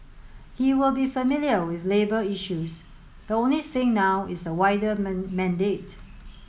he will be familiar with labour issues the only thing now is the wider man mandate